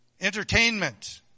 entertainment